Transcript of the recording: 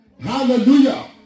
Hallelujah